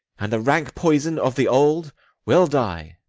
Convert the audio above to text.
and the rank poison of the old will die.